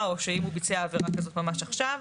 או שאם הוא ביצע עבירה כזאת ממש עכשיו.